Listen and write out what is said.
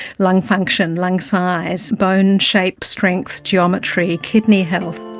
lung function, lung size, bone shape, strength, geometry, kidney health.